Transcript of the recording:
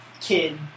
kid